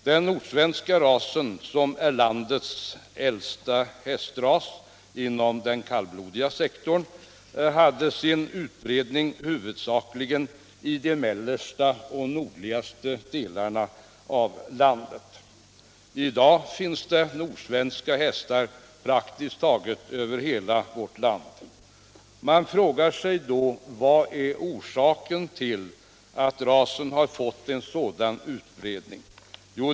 Den nordsvenska rasen, som är landets äldsta hästras inom den kallblodiga sektorn, hade tidigare sin utbredning huvudsakligen i de mellersta och nordligaste delarna av landet. I dag finns det nordsvenska hästar praktiskt taget över hela vårt land. Man frågar sig då: Vad är orsaken till att rasen fått en sådan utbredning?